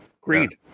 Greed